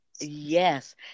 Yes